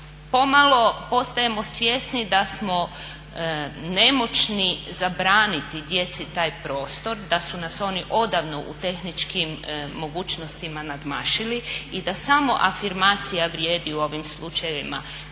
pomalo postajemo svjesni da smo nemoćni zabraniti djeci taj prostor, da su nas oni odavno u tehničkim mogućnostima nadmašili i da samo afirmacija vrijedi u ovim slučajevima.